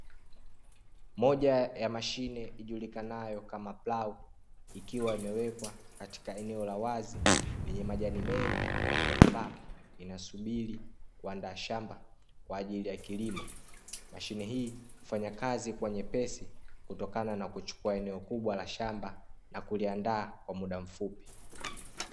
Moja ya mashine ijulikanayo kama plau ikiwa imewekwa katika eneo la wazi lenye majani mengi ambayo inasubiri kuandaa shamba kwa ajili ya kilimo. Mashine hii hufanya kazi kuwa nyepesi kutokana na kuchukua eneo kubwa la shamba na kuliandaa kwa muda mfupi.